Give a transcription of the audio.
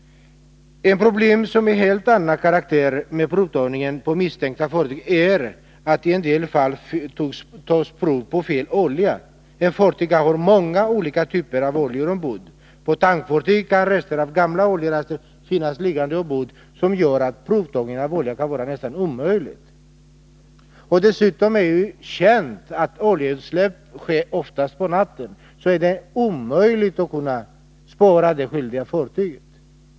Ett problem av helt annan karaktär när det gäller provtagning på misstänkta fartyg är att det i en del fall tas prov på fel olja. Ett fartyg har många olika typer av oljor ombord. På tankfartyg kan rester av gamla oljor finnas ombord som gör att provtagningar kan vara nästan omöjliga att genomföra. Dessutom är det känt att oljeutsläpp oftast sker på natten. Det är 169 omöjligt att kunna spåra det skyldiga fartyget.